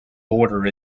border